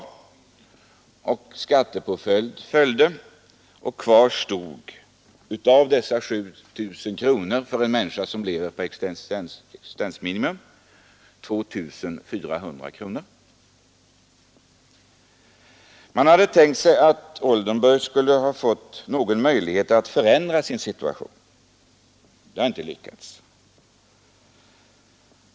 Detta och skattepåföljden gjorde att av dessa 7 000 kronor för en människa som lever på existensminimum kvarstod 2 400 kronor. Man hade tänkt sig att Oldenburg skulle få någon möjlighet att förändra sin situation. Det har inte lyckats.